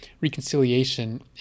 reconciliation